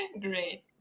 great